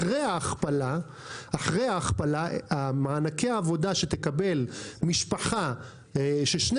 אחרי ההכפלה מענקי העבודה שתקבל משפחה ששני